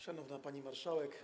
Szanowna Pani Marszałek!